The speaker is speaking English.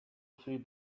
see